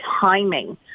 timing